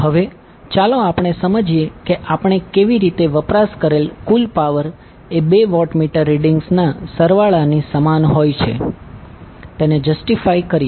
હવે ચાલો આપણે સમજીએ કે આપણે કેવી રીતે વપરાશ કરેલ કુલ પાવર એ બે વોટમીટર રીડિંગ્સના સરવાળાની સમાન હોય છે તેને જસ્ટિફાઇ કરીએ